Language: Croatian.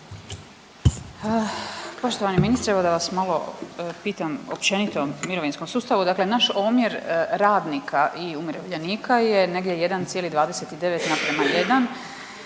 Poštovani ministre evo da vas malo pitam općenito o mirovinskom sustavu. Dakle, naš omjer radnika i umirovljenika je negdje 1,29:1.